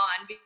on